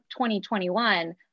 2021